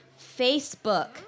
Facebook